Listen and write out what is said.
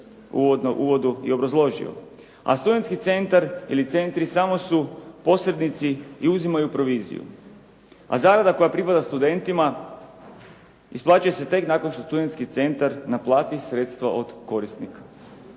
uvodu i obrazložio, a studentski centar ili centri samo su posrednici i uzimaju proviziju, a zarada koja pripada studentima isplaćuje se tek nakon što studentski centar naplati sredstva od korisnika.